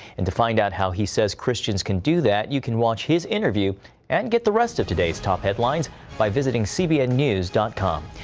and to find out how he says christians can do that, you can watch his interview and get the rest of today's top headlines by visiting cbn news com.